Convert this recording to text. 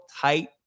tight